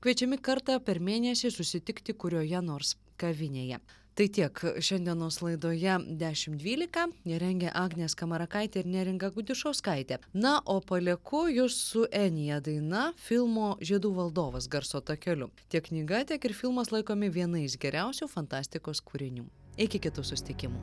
kviečiami kartą per mėnesį susitikti kurioje nors kavinėje tai tiek šiandienos laidoje dešim dvylika ją rengė agnė skamarakaitė ir neringa gudišauskaitė na o palieku jus su enija daina filmo žiedų valdovas garso takeliu tiek knyga tiek ir filmas laikomi vienais geriausių fantastikos kūrinių iki kitų susitikimų